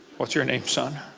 what's your name son?